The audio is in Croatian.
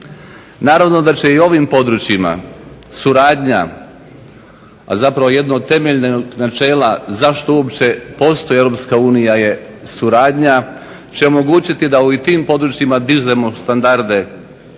Naravno da će i ovim područjima suradnja, a zapravo jedno od temeljnog načela zašto uopće postoji Europska unija je suradnja, će omogućiti da i u tim područjima dižemo standarde